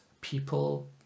people